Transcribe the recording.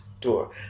door